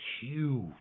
huge